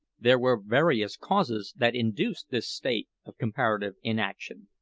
there were various causes that induced this state of comparative inaction.